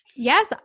Yes